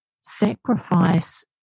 sacrifice